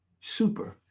super